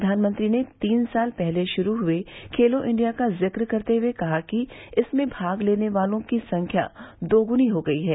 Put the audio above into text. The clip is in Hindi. प्रधानमंत्री ने तीन साल पहले शुरू हुए खेलो इंडिया का जिक्र करते हुए कहा कि इसमें भाग लेने वालों की संख्या दुगनी हो गयी है